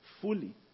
fully